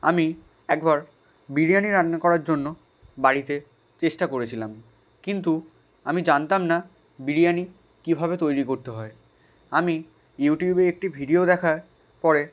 আমি একবার বিরিয়ানি রান্না করার জন্য বাড়িতে চেষ্টা করেছিলাম কিন্তু আমি জানতাম না বিরিয়ানি কীভাবে তৈরি করতে হয় আমি ইউটিউবে একটি ভিডিও দেখার পরে